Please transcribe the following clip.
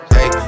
Hey